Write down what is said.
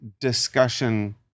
discussion